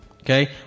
Okay